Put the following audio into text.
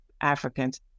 Africans